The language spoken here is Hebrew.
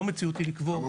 לא מציאותי לקבור,